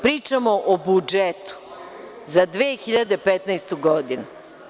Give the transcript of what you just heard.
Pričamo o budžetu za 2015. godinu.